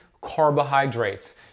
carbohydrates